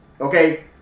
Okay